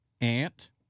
Ant